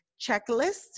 checklist